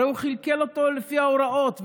הרי הוא כלכל אותו לפי ההוראות,